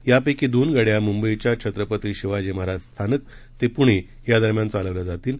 यापैकी दोन गाड्या मुंबईच्या छत्रपती शिवाजी महाराज स्थानक ते पुणे या दरम्यान चालवल्या जातील